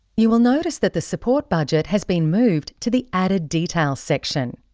you will notice that the support budget has been moved to the added details section.